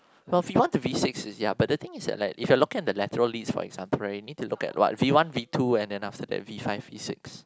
V one to V six is ya but the thing is that like if you're looking at the lateral wrist you need to look at what V one V two then after that V five V six